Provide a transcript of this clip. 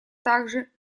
также